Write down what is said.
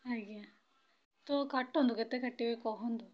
ଆଜ୍ଞା ତ କାଟନ୍ତୁ କେତେ କାଟିବେ କହନ୍ତୁ